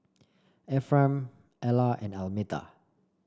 Ephraim Ella and Almeta